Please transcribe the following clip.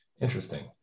interesting